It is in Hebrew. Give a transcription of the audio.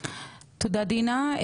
תודה, דינה.